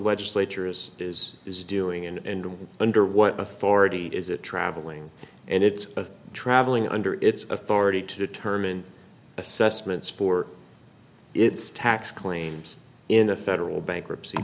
legislature is is is doing and under what authority is it traveling and its a traveling under its authority to determine assessments for its tax claims in a federal bankruptcy